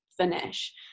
finish